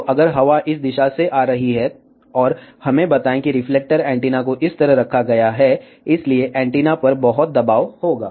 तो अगर हवा इस दिशा से आ रही है और हमें बताएं कि रिफ्लेक्टर एंटीना को इस तरह रखा गया है इसलिए एंटीना पर बहुत दबाव होगा